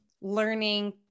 learning